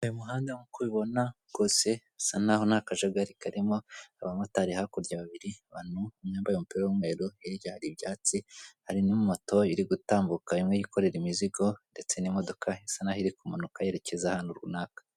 Uyu muhanda nk'uko ubibona usa n'aho nta kajagari karimo abamotari hakurya babiri umwe yambaye umupira w'umweru hirya hari ibyatsi harimo moto irigutambuka imwe yikorera imizigo ndetse n'imodoka yikoreye imizigo isa naho irikwerekeza ahantu runaka.